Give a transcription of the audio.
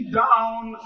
down